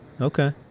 Okay